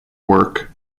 work